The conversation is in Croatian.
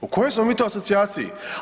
U kojoj smo mi to asocijaciji?